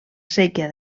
séquia